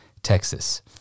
Texas